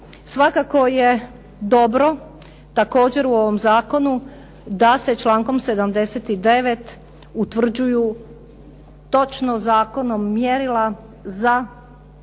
Svakako je dobro također u ovom zakonu da se člankom 79. utvrđuju točno zakonom mjerila za